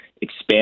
expand